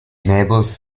enables